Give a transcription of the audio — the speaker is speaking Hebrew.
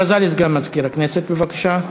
הכרזה לסגן מזכירת הכנסת, בבקשה.